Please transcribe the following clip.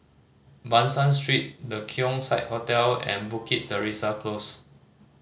Ban San Street The Keong Saik Hotel and Bukit Teresa Close